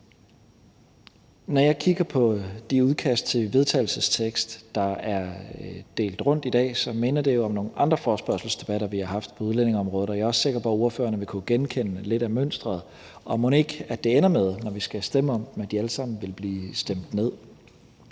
Når jeg kigger på de udkast til vedtagelsestekster, der er delt rundt i dag, så minder det jo om nogle andre forespørgselsdebatter, vi har haft på udlændingeområdet, og jeg er også sikker på, at ordførerne vil kunne genkende lidt af mønsteret. Og mon ikke det ender med, når vi skal stemme om dem, at de alle sammen vil blive stemt ned?